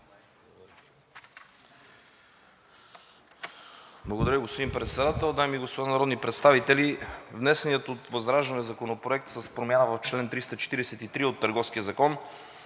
Благодаря, господин Председател. Дами и господа народни представители, внесеният от ВЪЗРАЖДАНЕ законопроект с промяна в чл. 343 от Търговския закон